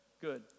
Good